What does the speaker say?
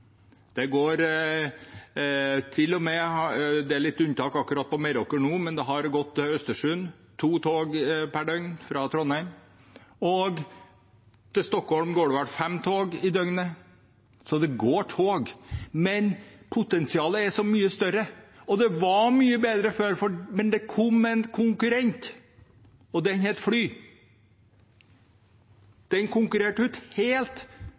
det går til og med – selv om det er unntak akkurat på Meråker nå – to tog per døgn fra Trondheim til Östersund, og til Stockholm går det vel fem tog i døgnet. Så det går tog, men potensialet er så mye større. Og det var mye bedre før, men det kom en konkurrent, og den het fly. Det konkurrerte helt ut